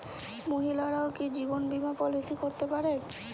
মহিলারাও কি জীবন বীমা পলিসি করতে পারে?